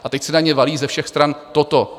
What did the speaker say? A teď se na ně valí ze všech stran toto.